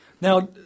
Now